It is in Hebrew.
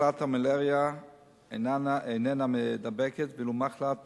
מחלת המלריה איננה מידבקת ואילו מחלת